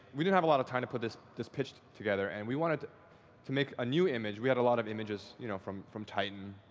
we didn't have a lot of time to put this this together, and we wanted to make a new image. we had a lot of images you know from from titan.